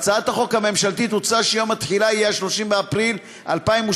בהצעת החוק הממשלתית הוצע שיום התחילה יהיה 30 באפריל 2017,